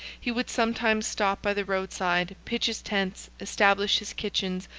he would sometimes stop by the road side, pitch his tents, establish his kitchens,